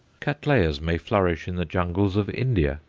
cattleyas may flourish in the jungles of india,